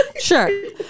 sure